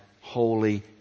holy